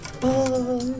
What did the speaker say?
Bye